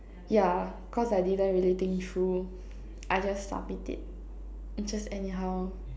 yeah cause I didn't really think through I just submit it it's just anyhow